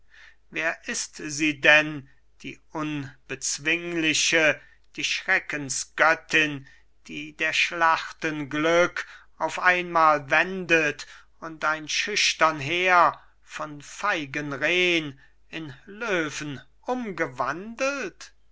wer ist sie denn die unbezwingliche die schreckensgöttin die der schlachten glück auf einmal wendet und ein schüchtern heer von feigen rehn in löwen umgewandelt